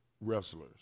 wrestlers